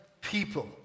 People